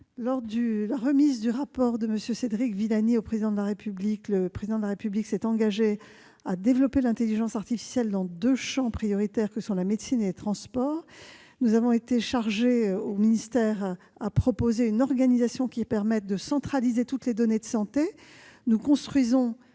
Lors de la remise du rapport de M. Cédric Villani, le Président de la République s'est engagé à développer l'intelligence artificielle dans deux champs prioritaires : la médecine et les transports. Mon ministère a été chargé de proposer une organisation qui permette de centraliser toutes les données de santé. Nous construisons